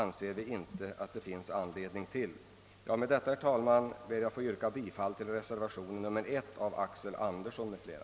Med dessa ord, herr talman, ber jag att få yrka bifall till reservation nr 1 av herr Axel Andersson m.fl.